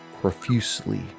profusely